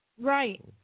Right